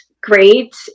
great